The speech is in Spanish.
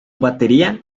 batería